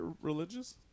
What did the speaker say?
religious